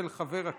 חברי